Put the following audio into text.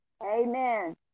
Amen